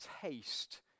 taste